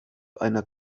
einer